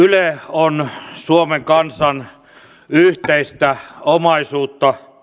on suomen kansan yhteistä omaisuutta